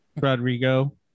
rodrigo